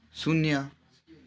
शून्य